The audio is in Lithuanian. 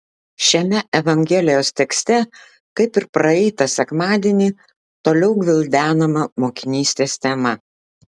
šiame evangelijos tekste kaip ir praeitą sekmadienį toliau gvildenama mokinystės tema